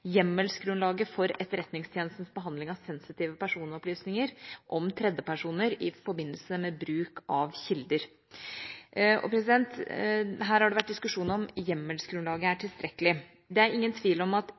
hjemmelsgrunnlaget for Etterretningstjenestens behandling av sensitive personopplysninger om tredjepersoner i forbindelse med bruk av kilder. Her har det vært diskusjon om hjemmelsgrunnlaget er tilstrekkelig. Det er ingen tvil om at